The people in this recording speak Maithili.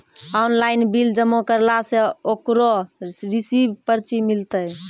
ऑनलाइन बिल जमा करला से ओकरौ रिसीव पर्ची मिलतै?